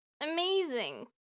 Amazing